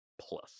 plus